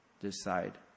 decide